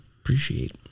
Appreciate